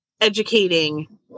educating